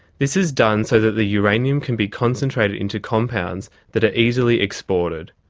this is done so that the uranium can be concentrated into compounds that are easily exported,